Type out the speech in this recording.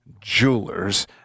jewelers